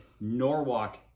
Norwalk